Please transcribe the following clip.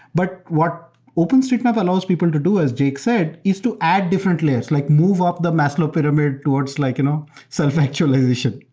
but what openstreetmap allows to do, as jake said, is to add different layers, like move up the maslow pyramid towards like you know self actualization.